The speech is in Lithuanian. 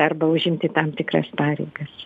arba užimti tam tikras pareigas